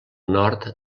nord